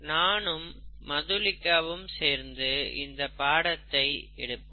நானும் மதுலிகாவும் சேர்ந்து இந்த பாடத்தை எடுப்போம்